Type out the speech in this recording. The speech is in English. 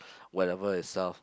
whatever itself